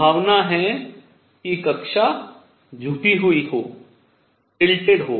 संभावना है कि कक्षा झुकी हुई हो सकती है